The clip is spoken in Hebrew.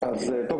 אז טוב,